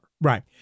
Right